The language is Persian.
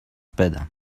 بدم